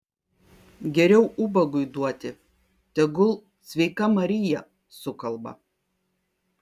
geriau ubagui duoti tegul sveika marija sukalba